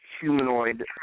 humanoid